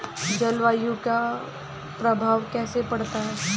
जलवायु का प्रभाव कैसे पड़ता है?